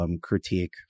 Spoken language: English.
critique